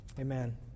Amen